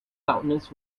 loudness